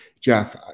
Jeff